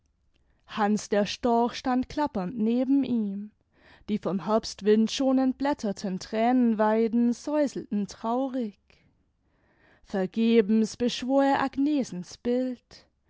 hanns der storch stand klappernd neben ihm die vom herbstwind schon entblätterten thränenweiden säuselten traurig vergebens beschwor er agnesens bild